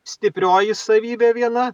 stiprioji savybė viena